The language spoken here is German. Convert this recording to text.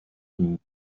und